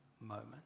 moment